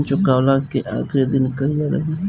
ऋण चुकव्ला के आखिरी दिन कहिया रही?